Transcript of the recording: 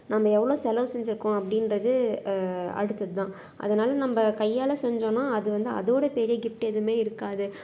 நம்ம எவ்வளோ செலவு செஞ்சுருக்கோம் அப்படின்றது அடுத்தது தான் அதனால் நம்ம கையால் செஞ்சோன்னால் அது வந்து அதோடய பெரிய கிஃப்டு எதுவுமே இருக்காது